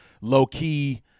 low-key